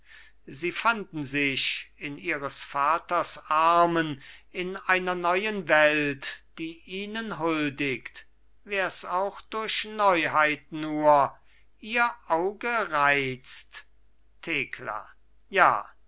sie fanden sich in ihres vaters armen in einer neuen welt die ihnen huldigt wärs auch durch neuheit nur ihr auge reizt thekla ja